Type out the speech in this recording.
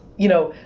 you know,